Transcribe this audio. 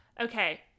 Okay